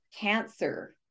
cancer